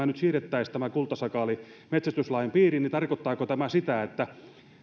nyt siirrettäisiin tämä kultasakaali metsästyslain piiriin niin tarkoittaisiko tämä lakimuutos sitä että